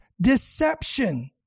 deception